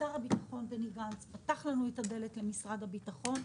שר הביטחון בני גנץ פתח לנו את הדלת למשרד הביטחון.